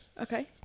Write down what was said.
Okay